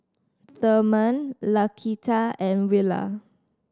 Therman Laquita and Willa